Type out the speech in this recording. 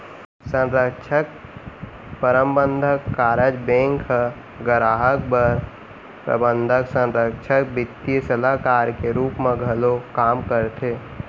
संरक्छक, परबंधक, कारज बेंक ह गराहक बर प्रबंधक, संरक्छक, बित्तीय सलाहकार के रूप म घलौ काम करथे